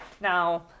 Now